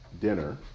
dinner